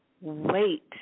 wait